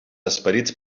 esperits